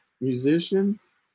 musicians